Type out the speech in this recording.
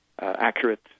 accurate